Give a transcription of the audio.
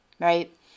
Right